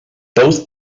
both